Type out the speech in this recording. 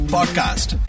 Podcast